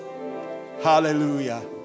Hallelujah